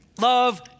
love